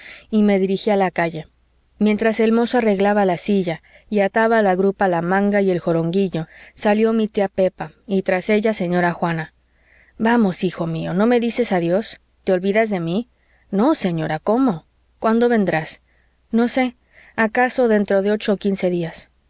y me dirigí a la calle mientras el mozo arreglaba la silla y ataba a la grupa la manga y el joronguillo salió mi tía pepa y tras ella señora juana vamos hijo mío no me dices adiós te olvidas de mí no señora cómo cuándo vendrás no sé acaso dentro de ocho o quince días